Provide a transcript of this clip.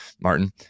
Martin